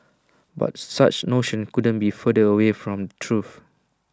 but such notions couldn't be further away from the truth